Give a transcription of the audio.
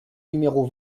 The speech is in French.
numéro